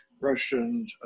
Russian